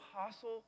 Apostle